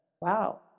Wow